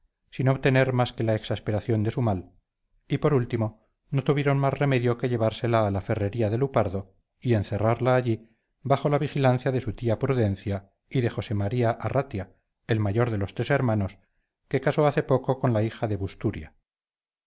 sin obtener más que la exasperación de su mal y por último no tuvieron más remedio que llevársela a la ferrería de lupardo y encerrarla allí bajo la vigilancia de su tía prudencia y de josé maría arratia el mayor de los tres hermanos que casó hace poco con la chica de